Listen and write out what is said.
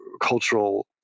cultural